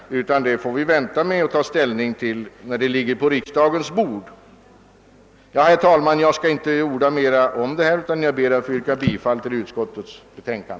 Den saken får vi ta ställning till när regeringsförslaget ligger på riksdagens bord. Herr talman! Jag skall inte orda mera om denna fråga utan ber att få yrka bifall till utskottets hemställan.